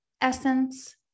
Essence